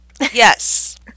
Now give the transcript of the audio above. Yes